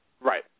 right